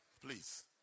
Please